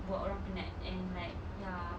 buat orang penat and like ya